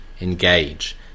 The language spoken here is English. engage